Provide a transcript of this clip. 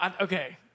okay